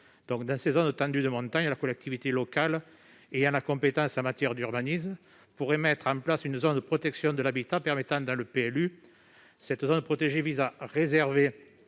Dans ces zones tendues de montagne, la collectivité locale ayant la compétence en matière d'urbanisme pourrait mettre en place une zone de protection de l'habitat permanent dans le PLU. Cette zone protégée viserait à réserver,